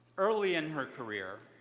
early in her career,